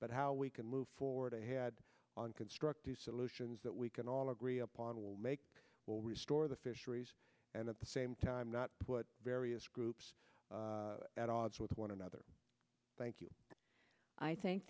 but how we can move forward ahead on constructive solutions that we can all agree upon will make will restore the fisheries and at the same time not put various groups at odds with one another thank you i thank